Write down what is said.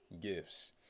gifts